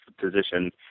position